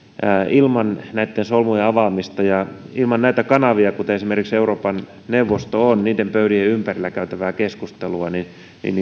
ilman näitten solmujen avaamista ja ilman näitä kanavia jollainen esimerkiksi euroopan neuvosto on niiden pöytien ympärillä käytävää keskustelua